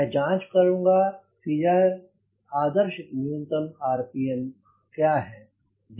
मैं जांच करूँगा कि यह आदर्श न्यूनतम आरपीएम क्या है